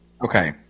Okay